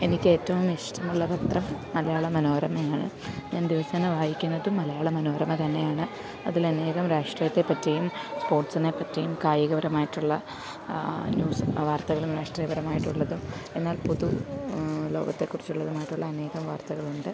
എനിക്ക് ഏറ്റവും ഇഷ്ടമുള്ള പത്രം മലയാള മനോരമയാണ് ഞാൻ ദിവസേന വായിക്കുന്നതും മലയാള മനോരമ തന്നെയാണ് അതിൽ അനേകം രാഷ്ട്രീയത്തെ പറ്റിയും സ്പോർട്സിനെ പറ്റിയും കായികപരമായിട്ടുള്ള ന്യൂസും വാർത്തകളും രാഷ്ട്രീയപരമായിട്ടുള്ളതും എന്നാൽ പുതു ലോകത്തെ കുറിച്ചുള്ളതുമായിട്ടുള്ള അനേകം വാർത്തകളുണ്ട്